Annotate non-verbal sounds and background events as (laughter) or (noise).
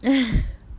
(laughs)